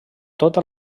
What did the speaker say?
tota